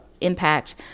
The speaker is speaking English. impact